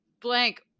blank